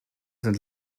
sind